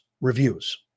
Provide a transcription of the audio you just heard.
reviews